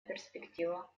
перспектива